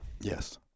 Yes